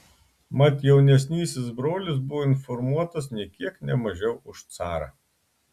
mat jaunesnysis brolis buvo informuotas nė kiek ne mažiau už carą